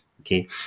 okay